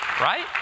right